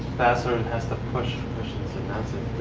fassler has to push kristensen. that's a